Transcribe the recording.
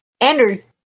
Anders